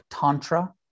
Tantra